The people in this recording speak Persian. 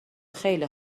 خیلی